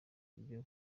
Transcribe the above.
ibyo